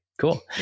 Cool